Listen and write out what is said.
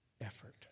Effort